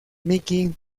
miki